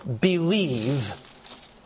believe